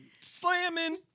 slamming